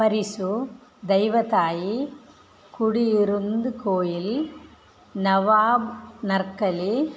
परिसु दैवतायि कुडियिरुन्द कोयिल् नवाब् नर्कली